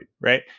Right